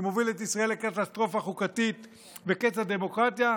להוביל את ישראל לקטסטרופה חוקתית וקץ הדמוקרטיה,